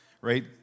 right